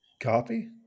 copy